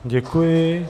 Děkuji.